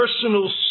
personal